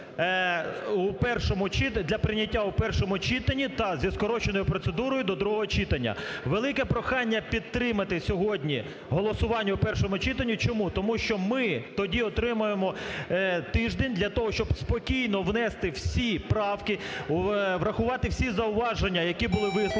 для прийняття у першому читанні та зі скороченою процедурою до другого читання. Велике прохання підтримати сьогодні голосування у першому читанні. Чому? Тому що ми тоді отримаємо тиждень для того, щоб спокійно внести всі правки, врахувати всі зауваження, які були висловлені